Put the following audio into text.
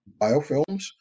Biofilms